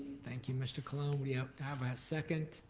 thank you, mr. colon. yeah how about second?